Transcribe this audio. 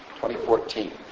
2014